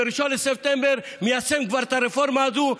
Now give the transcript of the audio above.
ב-1 בספטמבר כבר מיישם את הרפורמה הזאת,